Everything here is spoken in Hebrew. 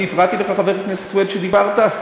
אני הפרעתי לך, חבר הכנסת סוייד, כשדיברת?